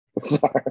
Sorry